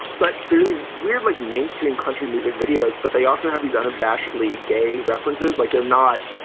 but there are these weird like mainstream country music videos, but they also have these unabashedly gay references like they're not,